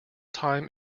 time